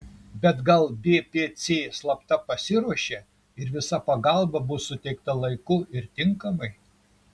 bet gal bpc slapta pasiruošė ir visa pagalba bus suteikta laiku ir tinkamai